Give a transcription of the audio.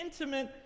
intimate